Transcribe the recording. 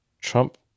Trump